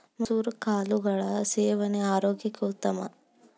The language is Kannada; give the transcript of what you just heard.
ಮಸುರ ಕಾಳುಗಳ ಸೇವನೆ ಆರೋಗ್ಯಕ್ಕೆ ಉತ್ತಮ